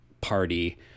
party